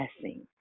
blessing